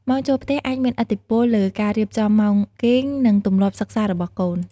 ម៉ោងចូលផ្ទះអាចមានឥទ្ធិពលលើការរៀបចំម៉ោងគេង និងទម្លាប់សិក្សារបស់កូន។